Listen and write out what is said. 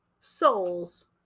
souls